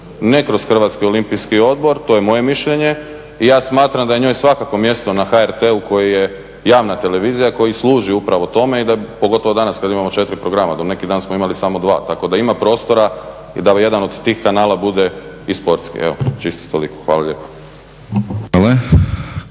ne kroz Hrvatski olimpijski odbor. To je moje mišljenje. I ja smatram da je njoj svakako mjesto na HRT-u koji je javna televizija, koji služi upravo tome i pogotovo danas kada imamo četiri programa. Do neki dan smo imali samo dva. Tako da ima prostora i da jedan od tih kanala bude i sportski. Evo čisto toliko. Hvala lijepo.